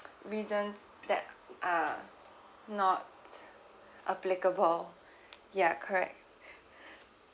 reasons that are not applicable ya correct